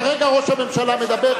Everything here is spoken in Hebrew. כרגע ראש הממשלה מדבר.